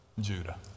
Judah